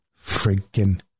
freaking